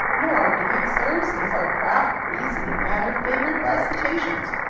no argument, sir, since our craft breathes in the manner favored by cetaceans.